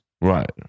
right